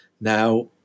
Now